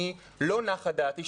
לא נחה דעתי,